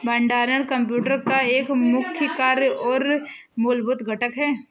भंडारण कंप्यूटर का एक मुख्य कार्य और मूलभूत घटक है